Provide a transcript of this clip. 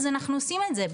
אז אנחנו עושים את זה,